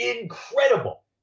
incredible